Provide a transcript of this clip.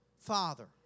father